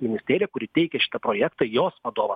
ministerija kuri teikia šitą projektą jos vadovą